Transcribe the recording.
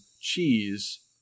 cheese